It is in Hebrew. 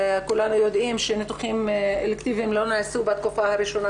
כולנו יודעים שניתוחים אלקטיביים לא נעשו בתקופה הראשונה